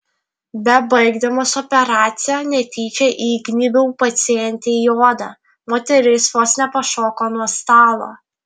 bebaigdamas operaciją netyčia įgnybiau pacientei į odą moteris vos nepašoko nuo stalo